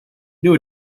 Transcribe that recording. new